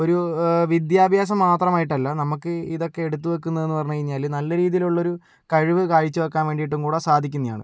ഒരു വിദ്യാഭ്യാസം മാത്രമായിട്ടല്ല നമ്മൾക്ക് ഇതൊക്കെ എടുത്തു വയ്ക്കുന്നതെന്നു പറഞ്ഞ് കഴിഞ്ഞാൽ നല്ല രീതിയിലുള്ളൊരു കഴിവ് കാഴ്ചവയ്ക്കാൻ വേണ്ടിയിട്ടും കൂടി സാധിക്കുന്നതാണ്